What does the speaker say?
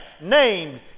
named